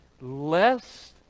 lest